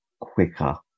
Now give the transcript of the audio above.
quicker